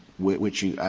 which you've